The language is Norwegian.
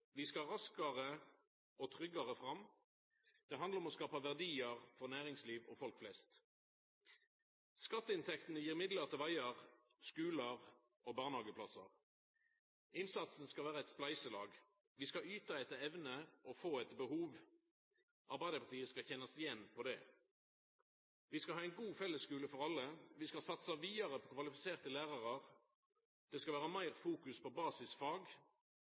Vi skal raskare og tryggare fram. Det handlar om å skapa verdiar for næringsliv og folk flest. Skatteinntektene gjev midlar til vegar, skular og barnehageplassar. Innsatsen skal vera eit spleiselag. Vi skal yta etter evne og få etter behov. Arbeidarpartiet skal kjennast att på det. Vi skal ha ein god fellesskule for alle. Vi skal satsa vidare på kvalifiserte lærarar. Det skal vera meir fokus på basisfag